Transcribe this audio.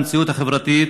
המציאות החברתית,